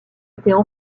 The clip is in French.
étaient